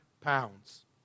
pounds